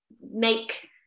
make